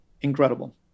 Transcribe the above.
Incredible